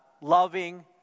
loving